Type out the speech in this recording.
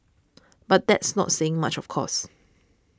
but that's not saying much of course